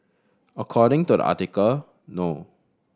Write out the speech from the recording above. according to the article no